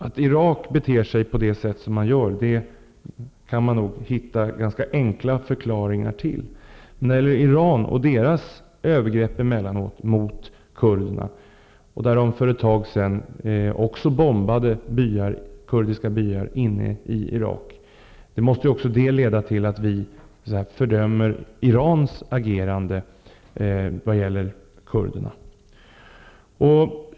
Att Irak beter sig på det sätt som det gör kan man nog hitta ganska enkla förklaringar till. Men även när det gäller Iran förekommer det emellanåt övergrepp mot kurderna. För ett tag sedan bombades kurdiska byar inne i Irak. Det måste leda till att vi fördömer Irans agerande vad gäller kurderna.